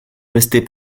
resté